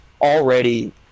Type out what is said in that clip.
already